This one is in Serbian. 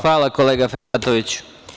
Hvala, kolega Fehratoviću.